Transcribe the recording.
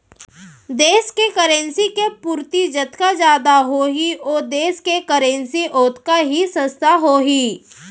देस के करेंसी के पूरति जतका जादा होही ओ देस के करेंसी ओतका ही सस्ता होही